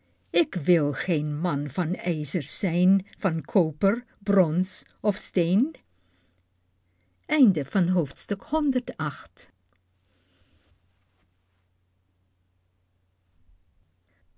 ik wil geen man van ijzer zijn van koper brons